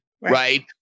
right